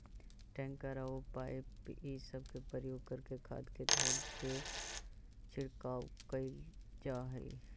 tanker औउर pipe इ सब के प्रयोग करके खाद के घोल के छिड़काव कईल जा हई